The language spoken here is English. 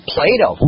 Plato